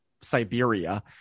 Siberia